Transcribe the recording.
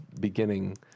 beginning